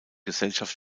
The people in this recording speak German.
gesellschaft